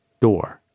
door